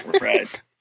Right